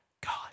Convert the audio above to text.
God